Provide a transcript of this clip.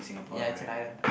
ya it's an island